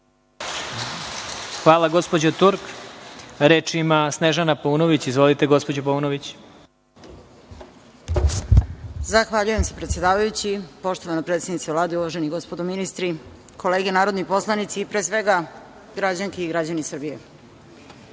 Hvala gospođo Turk. Reč ima Snežana Paunović. Izvolite. **Snežana Paunović** Zahvaljujem se, predsedavajući. Poštovana predsednice Vlade, uvaženi gospodo ministri, kolege narodni poslanici i, pre svega, građanke i građani Srbije,